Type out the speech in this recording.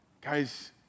Guys